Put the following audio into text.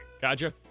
Gotcha